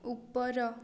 ଉପର